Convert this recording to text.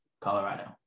Colorado